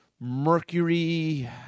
Mercury